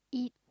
eat